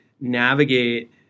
navigate